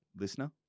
listener